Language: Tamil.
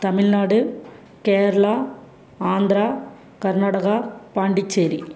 தமிழ்நாடு கேரளா ஆந்திரா கர்நாடகா பாண்டிச்சேரி